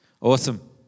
Awesome